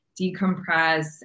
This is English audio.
decompress